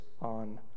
on